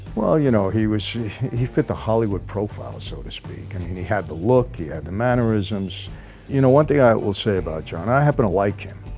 well, you know he was he fit the hollywood profile so to speak and he had the look you had the mannerisms you know one thing. i will say about john. i happen to like him.